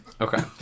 Okay